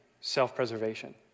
self-preservation